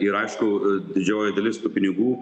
ir aišku didžioji dalis tų pinigų